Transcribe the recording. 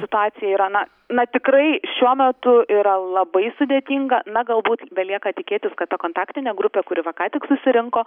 situacija yra na na tikrai šiuo metu yra labai sudėtinga na galbūt belieka tikėtis kad ta kontaktinė grupė kuri va ką tik susirinko